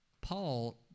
Paul